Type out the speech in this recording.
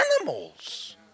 animals